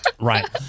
right